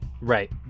Right